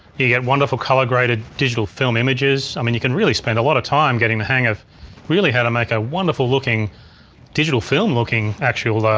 you get wonderful color graded digital film images. i mean you can really spend a lot of time getting the hang of really how to make a wonderful looking digital film looking, actual